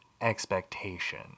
expectation